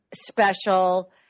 special